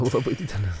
labai didelis